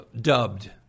dubbed